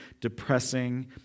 depressing